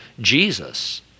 Jesus